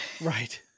Right